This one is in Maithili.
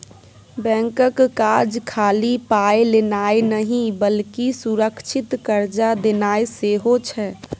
बैंकक काज खाली पाय लेनाय नहि बल्कि सुरक्षित कर्जा देनाय सेहो छै